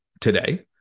today